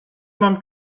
mam